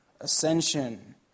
ascension